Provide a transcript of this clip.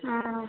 ಹಾಂ